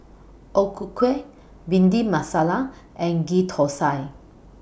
O Ku Kueh Bhindi Masala and Ghee Thosai